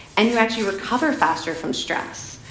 and you actually recover faster from stress.